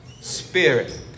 Spirit